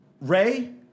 Ray